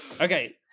Okay